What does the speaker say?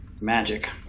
Magic